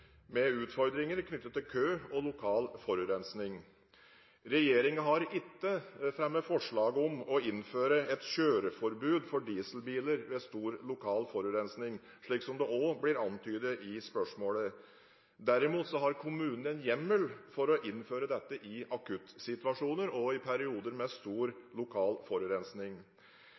med utfordringer knyttet til kø og lokal forurensning. Regjeringen har ikke fremmet forslag om å innføre et kjøreforbud for dieselbiler ved stor lokal forurensning, slik som det òg blir antydet i spørsmålet. Derimot har kommunene en hjemmel for å innføre dette i akuttsituasjoner og i perioder med stor lokal forurensning.